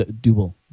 double